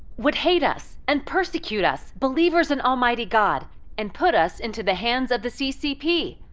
would hate us and persecute us believers in almighty god and put us into the hands of the ccp?